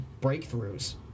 breakthroughs